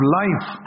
life